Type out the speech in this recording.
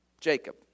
Jacob